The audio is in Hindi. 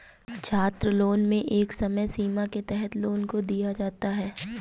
छात्रलोन में एक समय सीमा के तहत लोन को दिया जाता है